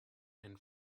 and